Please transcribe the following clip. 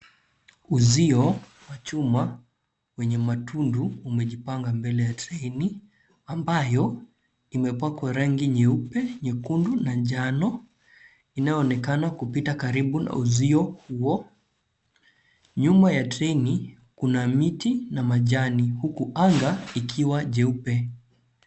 Uzio wa chuma wenye matundu umejipanga mbele ya treni ambayo imepakwa rangi nyeupe, nyekundu na njano inayoonekana kupita karibu na uzio huo. Nyuma ya treni kuna miti na majani huku anga ikiwa jeupe.